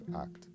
act